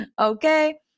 Okay